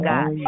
God